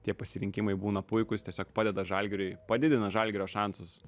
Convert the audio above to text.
tie pasirinkimai būna puikūs tiesiog padeda žalgiriui padidina žalgirio šansus